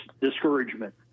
discouragement